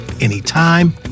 anytime